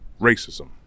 racism